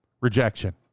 Rejection